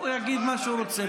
הוא יגיד מה שהוא רוצה.